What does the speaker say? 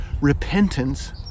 repentance